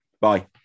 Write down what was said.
bye